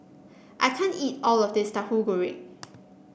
I can't eat all of this Tahu Goreng